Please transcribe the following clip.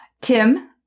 Tim